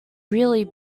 really